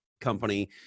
company